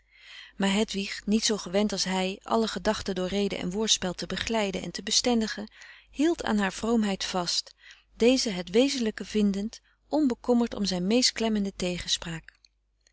maar hedwig niet zoo gewend als hij alle gedachte door rede en woordspel te begeleiden en te bestendigen frederik van eeden van de koele meren des doods hield aan haar vroomheid vast deze het wezenlijke vindend onbekommerd om zijn meest klemmende tegenspraak